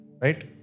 Right